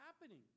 happening